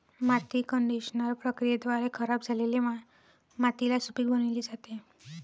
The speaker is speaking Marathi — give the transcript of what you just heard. माती कंडिशनर प्रक्रियेद्वारे खराब झालेली मातीला सुपीक बनविली जाते